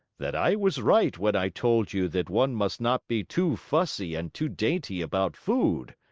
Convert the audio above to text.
that i was right when i told you that one must not be too fussy and too dainty about food.